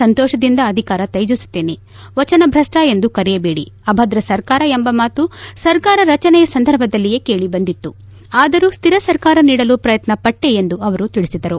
ಸಂತೋಷದಿಂದ ಅಧಿಕಾರ ತ್ವಜಸುತ್ತೇನೆ ವಚನ ವಚನ ಭ್ರಷ್ಟ ಎಂದು ಕರೆಯಬೇಡಿ ಅಭದ್ರ ಸರ್ಕಾರ ಎಂಬ ಮಾತು ಸರ್ಕಾರ ರಚನೆ ಸಂದರ್ಭದಲ್ಲೇ ಕೇಳಿಬಂದಿತು ಆದರೂ ಸ್ಥಿರ ಸರ್ಕಾರ ನೀಡಲು ಶ್ರಯತ್ನ ಪಟ್ಟೆ ಎಂದು ಅವರು ತಿಳಿಸಿದರು